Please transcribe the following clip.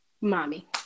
mommy